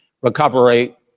recovery